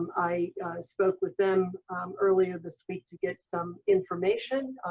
i spoke with them earlier this week to get some information.